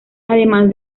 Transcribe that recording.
además